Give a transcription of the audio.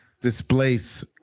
displace